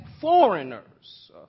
foreigners